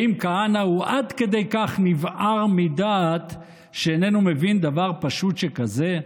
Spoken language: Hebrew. האם כהנא הוא עד כדי כך נבער מדעת שאיננו מבין דבר פשוט שכזה?